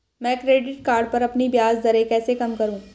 मैं credit card पर अपनी ब्याज दरें कैसे कम करूँ?